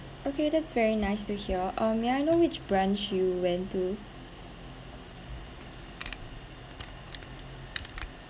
okay that's very nice to hear um may I know which branch you went to